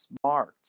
smart